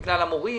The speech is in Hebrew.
בגלל המורים,